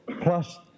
plus